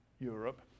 Europe